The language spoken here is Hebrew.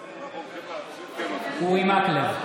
בעד אורי מקלב,